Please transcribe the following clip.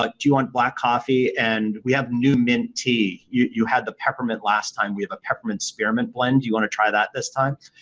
like do you want black coffee and we have new mint tea. you you had the peppermint last time. we have a peppermint spearmint blend. do you want to try that this time?